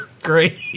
great